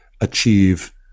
achieve